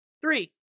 Three